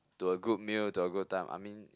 to a good meal to a good time I mean